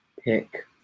pick